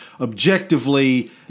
objectively